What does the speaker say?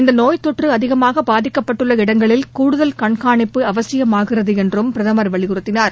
இந்த நோய் தொற்று அதிகமாக பாதிக்கப்பட்டுள்ள இடங்களில் கூடுதல் கண்காணிப்பு அவசியமாகிறது என்றும் பிரதமர் வலியுறுத்தினார்